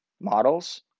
models